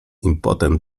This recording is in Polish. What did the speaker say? impotent